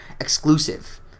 exclusive